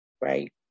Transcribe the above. right